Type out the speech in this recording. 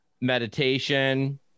meditation